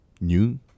new